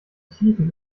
tiefen